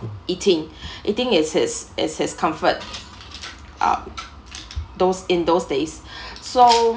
eating eating his his his his comfort uh those in those days so